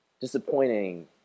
disappointing